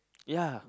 ya